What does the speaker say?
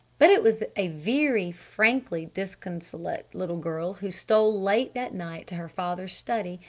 but it was a very frankly disconsolate little girl who stole late that night to her father's study,